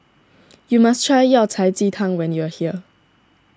you must try Yao Cai Ji Tang when you are here